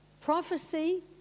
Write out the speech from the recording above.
Prophecy